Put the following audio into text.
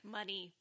money